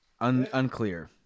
Unclear